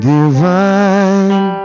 Divine